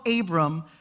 Abram